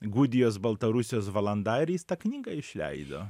gudijos baltarusijos valanda ir jis tą knygą išleido